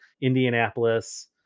Indianapolis